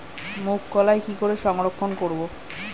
মুঘ কলাই কি করে সংরক্ষণ করব?